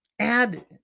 Add